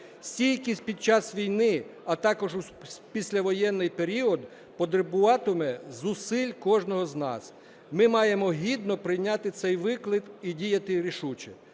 Стійкість під час війни, а також у післявоєнний період потребуватиме зусиль кожного з нас. Ми маємо гідно прийняти цей виклик і діяти рішуче.